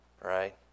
right